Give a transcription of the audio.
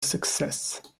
success